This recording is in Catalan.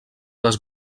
les